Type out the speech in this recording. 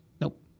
Nope